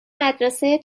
مدرسه